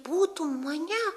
būtum mane